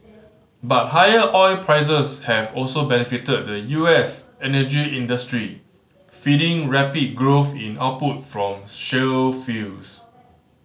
but higher oil prices have also benefited the U S energy industry feeding rapid growth in output from shale fields